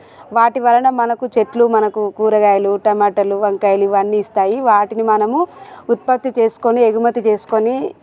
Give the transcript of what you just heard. వాటి వలన మనకు చెట్లు మనకు కూరగాయలు టమాటాలు వంకాయలు ఇవన్నీ ఇస్తాయి వాటిని మనము ఉత్పత్తి చేసుకుని ఎగుమతి చేసుకుని